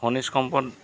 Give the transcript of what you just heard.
খনিজ সম্পদ